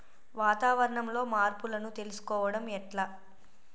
వాతావరణంలో మార్పులను తెలుసుకోవడం ఎట్ల?